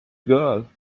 girl